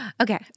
Okay